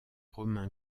romain